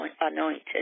anointed